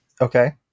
Okay